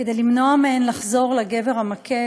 כדי למנוע מהן לחזור לגבר המכה,